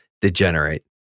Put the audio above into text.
degenerate